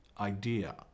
idea